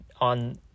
on